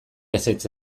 ezetz